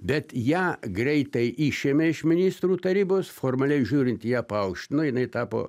bet ją greitai išėmė iš ministrų tarybos formaliai žiūrint ją paaukštino jinai tapo